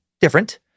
different